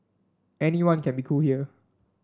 anyone can be cool here